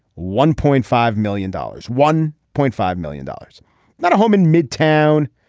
one point five million dollars one point five million dollars not a home in midtown.